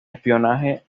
espionaje